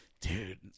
dude